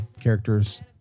characters